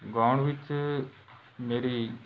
ਗਾਉਣ ਵਿੱਚ ਮੇਰੀ